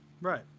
right